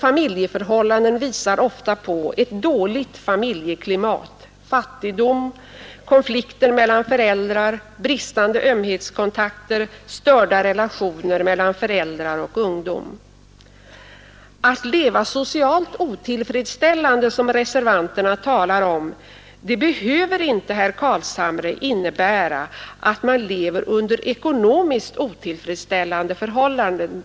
Familjeförhållandena visar ofta på ett dåligt familjeklimat, fattigdom, konflikter mellan föräldrar, bristande ömhetskontakter, störda relationer mellan föräldrar och ungdom. Att leva socialt otillfredsställande, som reservanterna talar om, behöver inte, herr Carlshamre, innebära att man lever under ekonomiskt otillfredsställande förhållanden.